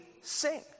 sing